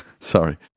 Sorry